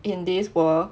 in this world